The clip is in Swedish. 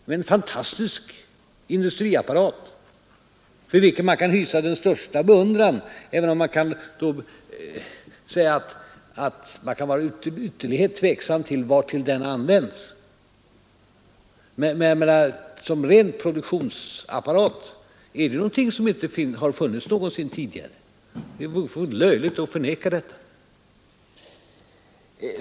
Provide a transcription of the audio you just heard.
De har en fantastisk industriapparat, för vilken man kan hysa den största beundran, även om man kan vara till ytterlighet tveksam inför dess användning. Men som ren produktionsapparat betraktad är den någonting som inte funnits tidigare. Det vore löjligt att förneka detta.